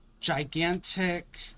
gigantic